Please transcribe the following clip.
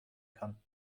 kann